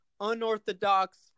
unorthodox